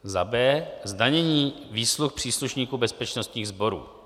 B. Zdanění výsluh příslušníků bezpečnostních sborů